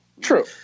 True